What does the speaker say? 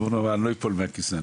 אני לא אפול מהכיסא.